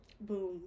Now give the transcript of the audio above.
boom